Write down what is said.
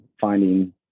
finding